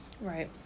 Right